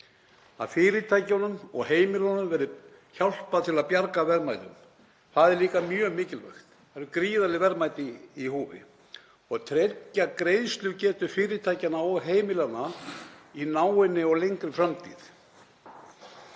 að fyrirtækjunum og heimilunum verði hjálpað til að bjarga verðmætum. Það er líka mjög mikilvægt. Það eru gríðarleg verðmæti í húfi. Og að tryggja greiðslugetu fyrirtækjanna og heimilanna í náinni og lengri framtíð.